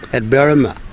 at berrimah,